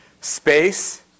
Space